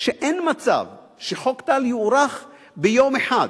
שאין מצב שחוק טל יוארך ביום אחד,